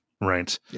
Right